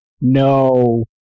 no